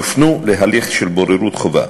יופנו להליך של בוררות חובה.